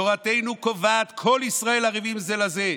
תורתנו קובעת: כל ישראל ערבים זה לזה,